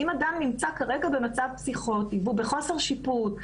אם אדם נמצא כרגע במצב פסיכוטי והוא בחוסר שיפוט,